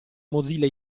mozilla